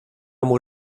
muy